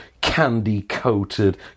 candy-coated